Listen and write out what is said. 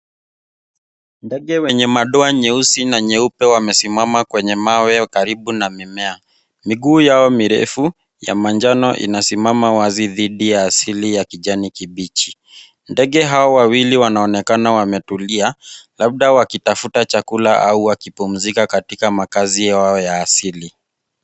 Ndege wenye madoa nyeusi na nyeupe wamesimama kwenye mawe iliyo karibu na mimea. Miguu yao mirefu ya manjano inasimama wazi dhidi ya asili ya kijani kibichi. Ndege hawa wawili wanaonekana wametulia labda wakitafuta chakula au wakipumzika katika makaazi yao ya asili.